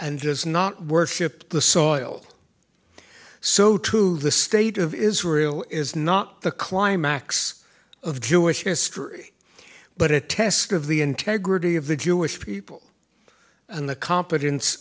does not worship the soil so too the state of israel is not the climax of jewish history but a test of the integrity of the jewish people and the competence